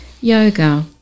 yoga